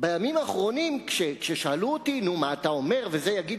בימים האחרונים, כששאלו אותי: מה אתה אומר, יגיד?